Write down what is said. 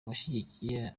abashyigikiye